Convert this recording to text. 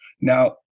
Now